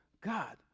God